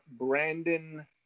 Brandon